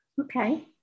Okay